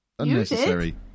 Unnecessary